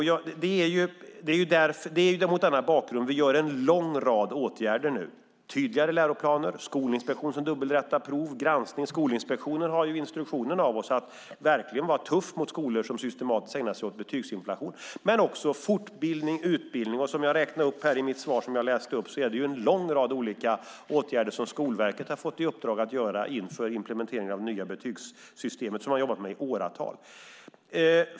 Det är mot denna bakgrund vi nu vidtar en lång rad åtgärder, såsom tydligare läroplaner, en skolinspektion som dubbelrättar prov och gör granskningar. Skolinspektionen har av oss fått instruktionen att verkligen vara tuff mot skolor som systematiskt ägnar sig åt betygsinflation. Dessutom har vi fortbildning och utbildning, och som jag sade i mitt första inlägg har Skolverket fått i uppdrag att vidta en lång rad olika åtgärder inför implementeringen av det nya betygssystemet. Det har man jobbat med i åratal.